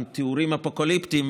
עם תיאורים אפוקליפטיים,